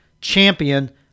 champion